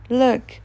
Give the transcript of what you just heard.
look